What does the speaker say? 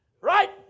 Right